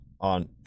on